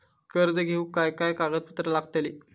कर्ज घेऊक काय काय कागदपत्र लागतली?